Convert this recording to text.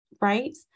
right